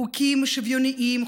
חוקים שוויוניים,